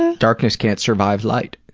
ah darkness can't survive light.